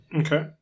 Okay